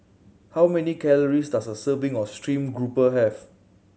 how many calories does a serving of stream grouper have